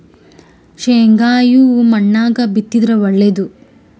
ಶೇಂಗಾ ಯಾ ಮಣ್ಣಾಗ ಬಿತ್ತಿದರ ಒಳ್ಳೇದು?